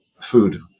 food